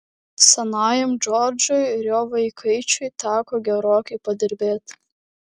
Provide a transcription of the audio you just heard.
senajam džordžui ir jo vaikaičiui teko gerokai padirbėti